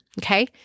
okay